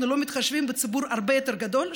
אנחנו לא מתחשבים בציבור הרבה יותר גדול,